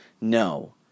No